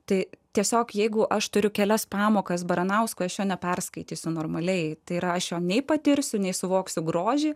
tai tiesiog jeigu aš turiu kelias pamokas baranauskui aš jo neperskaitysiu normaliai tai rašė nei patirsiu nei suvoksiu grožį